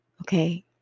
okay